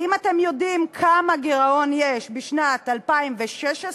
האם אתם יודעים כמה גירעון יש בשנת 2016?